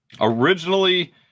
originally